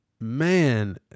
man